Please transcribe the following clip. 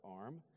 arm